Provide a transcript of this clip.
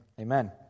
Amen